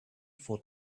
for